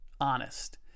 honest